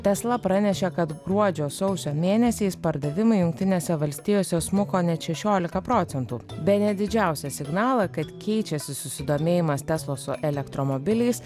tesla pranešė kad gruodžio sausio mėnesiais pardavimai jungtinėse valstijose smuko net šešiolika procentų bene didžiausią signalą kad keičiasi susidomėjimas tesloso elektromobiliais